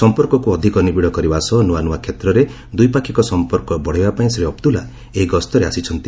ସମ୍ପର୍କକ୍ ଅଧିକ ନିବିଡ଼ କରିବା ସହ ନୂଆ ନୂଆ କ୍ଷେତ୍ରରେ ଦ୍ୱିପାକ୍ଷିକ ସମ୍ପର୍କ ବଡ଼ାଇବାପାଇଁ ଶ୍ରୀ ଅବଦ୍ଦୁଲ୍ଲୁ ଏହି ଗସ୍ତରେ ଆସିଛନ୍ତି